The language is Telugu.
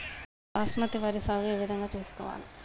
బాస్మతి వరి సాగు ఏ విధంగా చేసుకోవాలి?